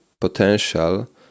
potential